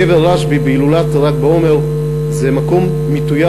קבר רשב"י בהילולת ל"ג בעומר הוא המקום המתויר